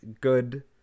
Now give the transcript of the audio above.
good